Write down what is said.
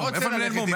איפה נעלמו?